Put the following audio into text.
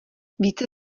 více